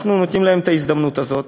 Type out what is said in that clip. אנחנו נותנים להם את ההזדמנות הזאת,